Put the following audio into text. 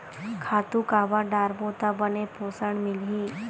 खातु काबर डारबो त बने पोषण मिलही?